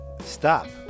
Stop